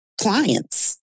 clients